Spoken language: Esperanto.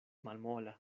malmola